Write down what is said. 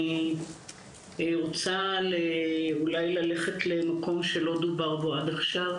אני רוצה ללכת למקום שלא דובר בו עד עכשיו